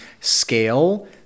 scale